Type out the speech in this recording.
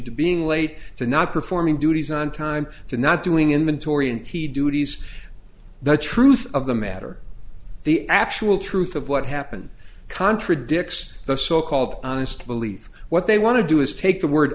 to being late to not performing duties on time to not doing in the tory m p duties the truth of the matter the actual truth of what happened contradicts the so called honest belief what they want to do is take the word